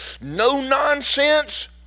no-nonsense